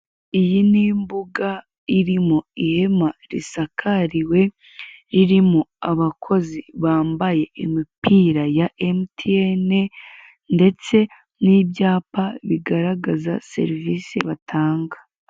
Iyi ni imbuga irimo ihema risakariwe ririmo abakozi bambaye imipira ya MTN ndetse n'ibyapa bigaragaza serivise batanga.